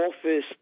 office